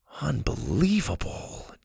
Unbelievable